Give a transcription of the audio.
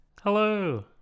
Hello